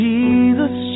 Jesus